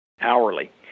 Hourly